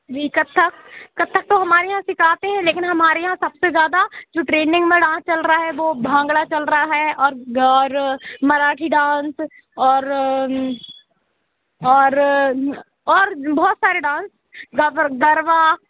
जी कत्थक कत्थक तो हमारे यहाँ सिखाते हैं लेकिन हमारे यहाँ सबसे ज्यादा जो ट्रेंडिंग में डांस चल रहा है वो भांगड़ा चल रहा है और अ गर मराठी डांस और और और बहुत सारे डांस गबर गरबा